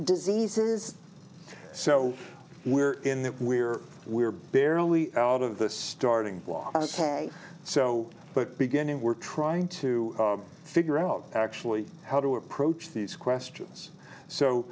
diseases so we're in that we're we're barely out of the starting block ok so but beginning we're trying to figure out actually how to approach these questions